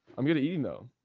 i'm going to eat though.